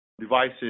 devices